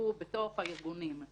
ויפוקחו בתוך הארגונים.